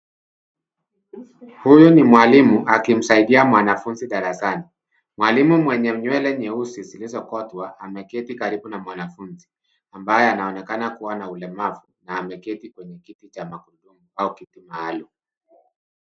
Huyu ni mwalimu akimsaidia mwanafunzi darasai. Mwalimu mwenye nywele nyeusi zilizokotwa ameketi karibu na mwanafunzi ambaye anaonekana kuwa n aulemavu na ameketi kwenye kiti cha mbao.